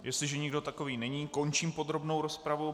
Jestliže nikdo takový není, končím podrobnou rozpravu.